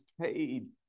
paid